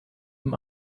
him